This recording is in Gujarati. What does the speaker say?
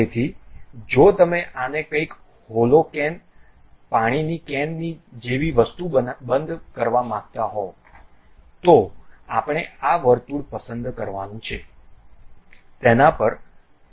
તેથી જો તમે આને કંઈક હોલોકેન પાણીની કેન જેવી વસ્તુ બંધ કરવા માંગતા હોવ તો આપણે આ વર્તુળ પસંદ કરવાનું છે